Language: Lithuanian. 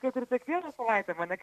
kaip ir kiekvieną savaitę mane